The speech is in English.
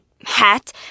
hat